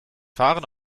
fahren